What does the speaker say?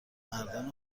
مردان